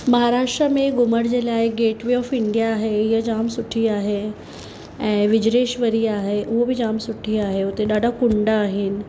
महाराष्ट्र में घुमण जे लाइ गेट वे ऑफ़ इंडिया आहे इअं जाम सुठी आहे ऐं विज्रेश्वरी आहे उहो बि जाम सुठी आहे हुते ॾाढा कुंडा आहिनि